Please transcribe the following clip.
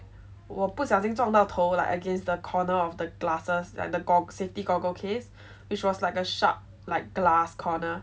我不小心撞到头 like against the corner of the glasses that the gog~ safety goggles case which was like a sharp like glass corner